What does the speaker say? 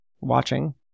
watching